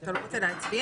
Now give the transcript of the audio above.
אתה לא רוצה להצביע?